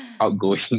outgoing